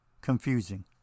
confusing